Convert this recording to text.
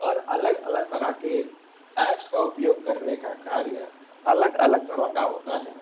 और अलग अलग तरह के ऐप्स का उपयोग करने का कार्य अलग अलग तरह का होता है